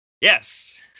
yes